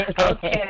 Okay